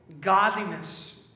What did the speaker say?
godliness